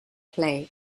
film